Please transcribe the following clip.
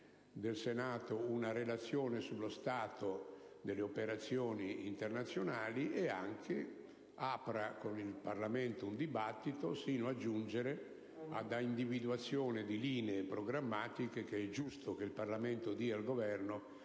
del Senato) una relazione sullo stato delle operazioni internazionali, aprendo con il Parlamento una discussione volta all'individuazione di linee programmatiche, che è giusto il Parlamento dia al Governo